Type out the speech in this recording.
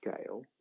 scale